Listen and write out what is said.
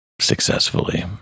successfully